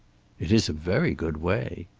it is a very good way.